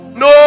no